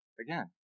again